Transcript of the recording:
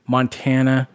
Montana